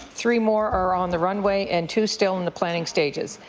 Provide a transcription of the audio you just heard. three more are on the runway. and two still in the planning stages.